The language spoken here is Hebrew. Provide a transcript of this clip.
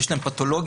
יש להם פתולוגיה,